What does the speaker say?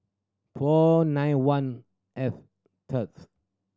four nine one F